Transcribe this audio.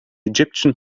egyptian